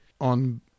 On